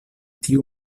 tiu